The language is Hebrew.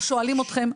או שואלים אתכם,